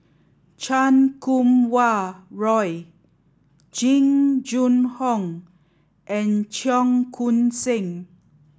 Chan Kum Wah Roy Jing Jun Hong and Cheong Koon Seng